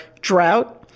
drought